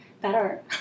better